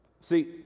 See